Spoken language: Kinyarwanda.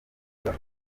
avuga